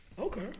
Okay